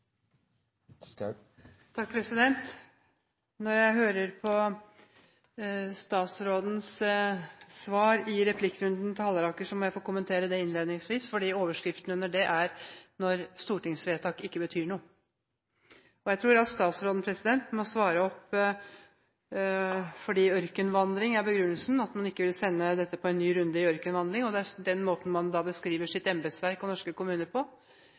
Jeg hørte på statsrådens svar i replikkrunden til Halleraker og må kommentere det innledningsvis, for overskriften på det er: Når stortingsvedtak ikke betyr noe. Jeg tror at statsråden må svare for at ørkenvandring er begrunnelsen, at man ikke vil sende dette ut på en ny ørkenvandring. Det er den måten man beskriver sitt embetsverk i norske kommuner på.